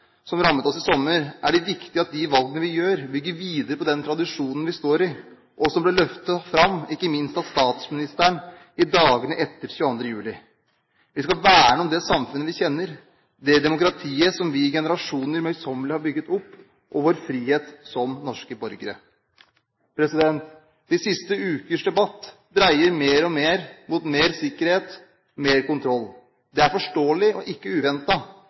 som rammet oss i sommer, er det viktig at de valgene vi gjør, bygger videre på den tradisjonen vi står i, og som ble løftet fram ikke minst av statsministeren i dagene etter 22. juli. Vi skal verne om det samfunnet vi kjenner, det demokratiet som vi i generasjoner møysommelig har bygd opp, og vår frihet som norske borgere. De siste ukers debatt dreier mer og mer mot mer sikkerhet og mer kontroll. Det er forståelig og ikke